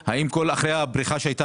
האם המטה שקיים היום יכול לעמוד בקצב